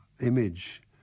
image